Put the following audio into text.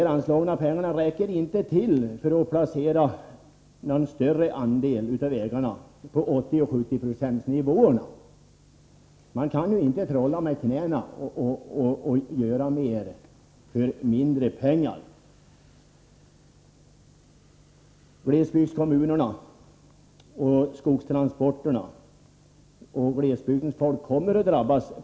De föreslagna pengarna räcker inte till för att placera någon större andel av vägarna på 70 och 80-procentsnivåerna. Man kan ju inte trolla med knäna och göra mera för mindre pengar. På det här sättet kommer glesbygdskommunerna och befolkningen där samt skogstransporterna att drabbas.